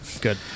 Good